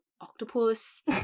octopus